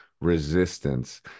resistance